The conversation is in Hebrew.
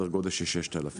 סדר גודל של כ-6,000 עובדים.